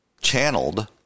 channeled